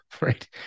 Right